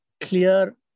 clear